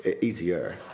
easier